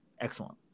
excellent